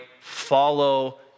follow